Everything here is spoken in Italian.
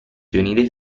dei